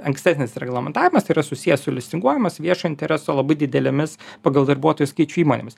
ankstesnis reglamentavimas tai yra susijęs su listinguojamas viešo intereso labai didelėmis pagal darbuotojų skaičių įmonėmis